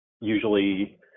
usually